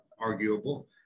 arguable